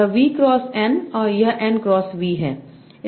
यह V cross N है यह N क्रॉस V है